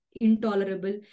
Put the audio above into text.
intolerable